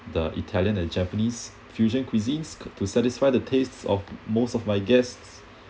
the italian and japanese fusion cuisines to satisfy the tastes of most of my guests